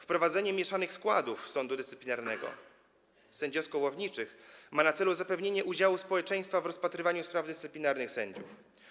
Wprowadzenie mieszanych składów sądu dyscyplinarnego, sędziowsko-ławniczych, ma na celu zapewnienie udziału społeczeństwa w rozpatrywaniu spraw dyscyplinarnych sędziów.